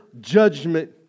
judgment